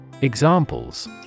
Examples